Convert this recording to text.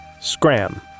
Scram